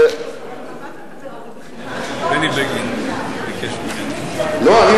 אבל על מה אתה מדבר, הרי השפעת, זה בחינם, לא, לא.